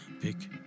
Pick